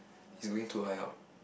it's going too high up